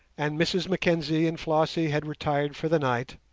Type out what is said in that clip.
and mrs mackenzie and flossie had retired for the night,